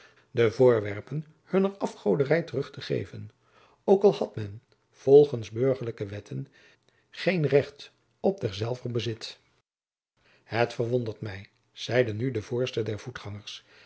de voorwerpen hunner afgoderij terug te geven ook al had men volgens burgerlijke wetten geen recht op derzelver bezit het verwondert mij zeide nu de voorste der voetgangers